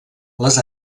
les